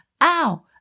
Ow